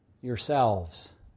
yourselves